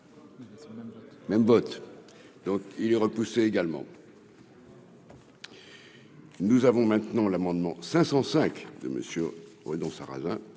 Même vote, donc il est repoussé également. Nous avons maintenant l'amendement 505 de monsieur au donc sarrasin